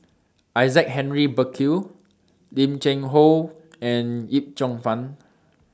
Isaac Henry Burkill Lim Cheng Hoe and Yip Cheong Fun